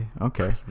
okay